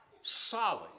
solid